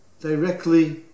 directly